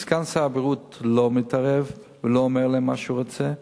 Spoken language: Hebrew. סגן שר הבריאות לא מתערב ולא אומר להם מה שהוא רוצה.